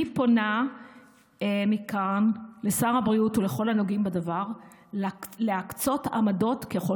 אני פונה מכאן לשר הבריאות ולכל הנוגעים בדבר להקצות עמדות ככל